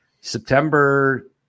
September